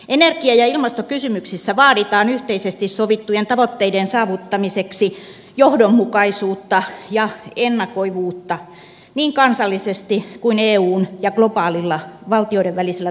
energia ja ilmastokysymyksissä vaaditaan yhteisesti sovittujen tavoitteiden saavuttamiseksi johdonmukaisuutta ja ennakoivuutta niin kansallisesti kuin eun ja globaalilla valtioidenvälisellä tasolla